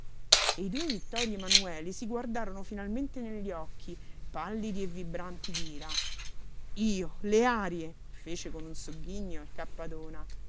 e i due vittorii emanueli si guardarono finalmente negli occhi pallidi e vibranti d'ira io le arie fece con un sogghigno il cappadona